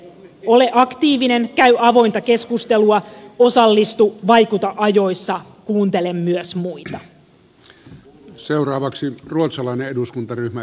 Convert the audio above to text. ole aktiivinen käy avointa keskustelua osallistu vaikuta ajoissa kuuntele myös muita